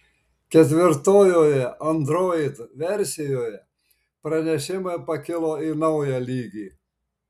ketvirtojoje android versijoje pranešimai pakilo į naują lygį